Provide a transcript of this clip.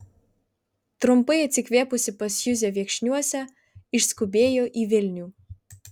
trumpai atsikvėpusi pas juzę viekšniuose išskubėjo į vilnių